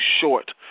short